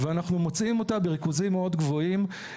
אנחנו מוצאים אותה בריכוזים מאוד גבוהים,